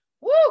Woo